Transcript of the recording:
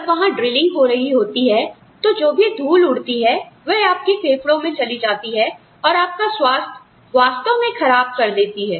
जब वहां पर ड्रिलिंग हो रही होती है तो जो भी धूल उड़ती है वह आपके फेफड़ों में चली जाती है और आपका स्वास्थ्य वास्तव में खराब कर देती है